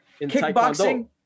Kickboxing